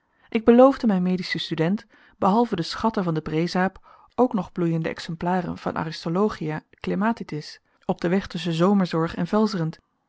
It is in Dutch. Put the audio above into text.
ik beloofde mijnen medischen student behalve de schatten van de breezaap ook nog bloeiende exemplaren van aristolochia clematitis op den weg tusschen zomerzorg en velzerend